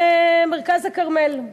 למרכז הכרמל.